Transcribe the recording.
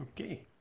Okay